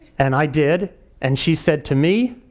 and i did and she said to me,